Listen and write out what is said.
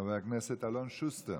חבר הכנסת אלון שוסטר.